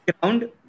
ground